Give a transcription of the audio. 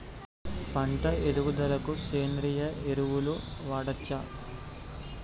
పంట ఎదుగుదలకి సేంద్రీయ ఎరువులు వాడచ్చా?